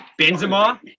Benzema